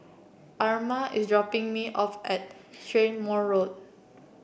Irma is dropping me off at Strathmore Road